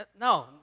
No